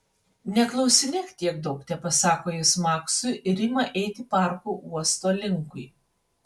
neklausinėk tiek daug tepasako jis maksui ir ima eiti parku uosto linkui